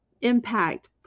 impact